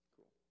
Cool